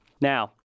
Now